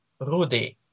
Rudy